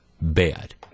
bad